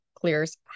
Clear's